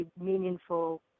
meaningful